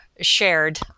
shared